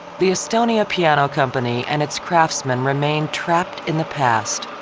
the estonia piano company and its craftsmen remained trapped in the past.